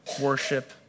Worship